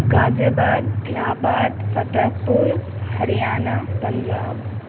غازی آباد Allahabad Fatehpur Haryana Punjab